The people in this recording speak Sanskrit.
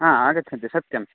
हा आगच्छन्ति सत्यम्